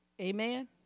amen